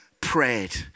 prayed